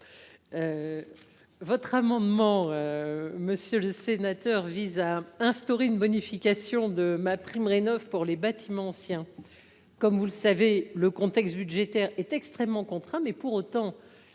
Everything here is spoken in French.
Votre amendement, monsieur le sénateur, vise à instaurer une bonification de MaPrimeRénov’ pour les bâtiments anciens. Comme vous le savez, le contexte budgétaire est extrêmement contraint. Pour autant,